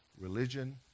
religion